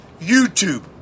YouTube